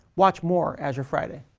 watch more azure friday.